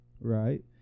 Right